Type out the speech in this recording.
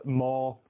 more